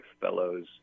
fellows